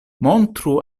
montru